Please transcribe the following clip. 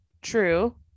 true